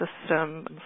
system